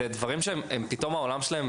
אלה דברים שבאמת הופכים את העולם שלהם פתאום.